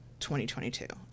2022